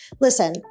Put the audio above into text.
Listen